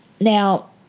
Now